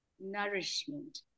nourishment